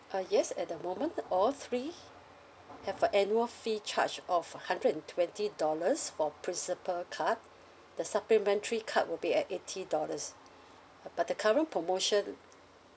uh yes at the moment all three have a annual fee charge of a hundred and twenty dollars for principal card the supplementary card would be at eighty dollars but the current promotion